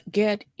get